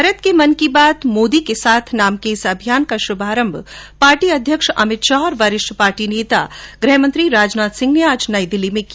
भारत के मन की बात मोदी के साथ नाम के इस अभियान का शुभारम्भ पार्टी अध्यक्ष अमित शाह और वरिष्ठ पार्टी नेता तथा गृहमंत्री राजनाथ सिंह ने आज नई दिल्ली में किया